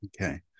Okay